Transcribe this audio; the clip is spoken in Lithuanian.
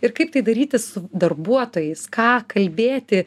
ir kaip tai daryti su darbuotojais ką kalbėti